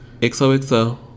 XOXO